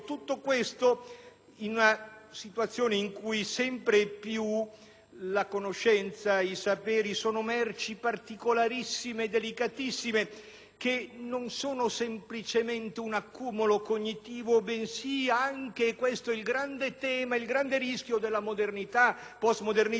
in una situazione in cui sempre di più la conoscenza e i saperi sono merci particolarissime e delicatissime, e non sono semplicemente un accumulo cognitivo, bensì anche - questo è il grande tema ed il rischio della modernità e postmodernità - nuovi strumenti